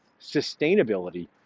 sustainability